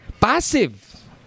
passive